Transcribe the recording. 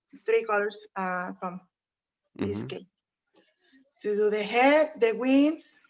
three colors from this cake to do the head, the wings.